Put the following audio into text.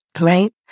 right